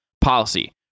policy